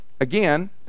again